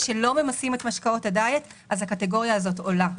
שלא ממסים את משקאות הדיאט אז הקטגוריה הזאת עולה.